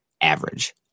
average